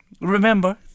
Remember